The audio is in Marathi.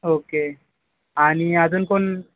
ओके आणि अजून कोण